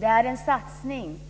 Det är en satsning